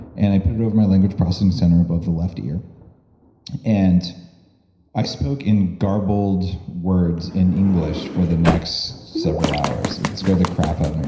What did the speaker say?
and i put it over my language processing center above the left ear and i spoke in garbled words in english for the next several hours. it and scared the crap out me